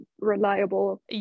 reliable